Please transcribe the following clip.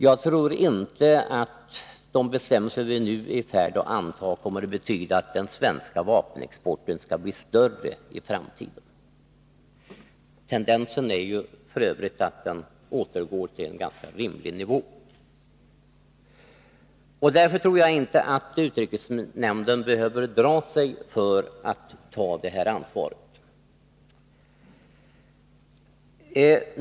Jag tror inte att de bestämmelser som vi nu är i färd med att anta kommer att betyda att den svenska vapenexporten skall bli större i framtiden. Tendensen är f. ö. att den återgår till en ganska rimlig nivå. Därför tror jag inte att utrikesnämnden behöver dra sig för att ta detta ansvar.